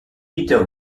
peter